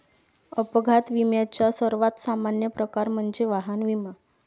अपघात विम्याचा सर्वात सामान्य प्रकार म्हणजे वाहन विमा